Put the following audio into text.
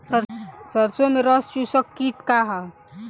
सरसो में रस चुसक किट का ह?